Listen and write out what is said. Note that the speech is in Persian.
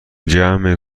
جمع